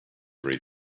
ray